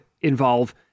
involve